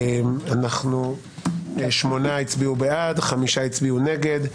8 בעד, 5 נגד,